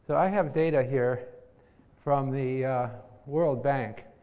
i have data here from the world bank.